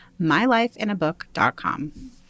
MyLifeInABook.com